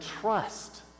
trust